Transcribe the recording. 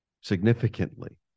significantly